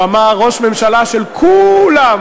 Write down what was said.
הוא אמר: ראש ממשלה של כו-לם.